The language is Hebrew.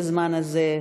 בזמן הזה,